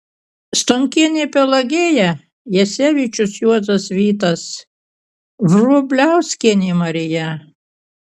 stonkienė pelagėja jacevičius juozas vytas vrubliauskienė marija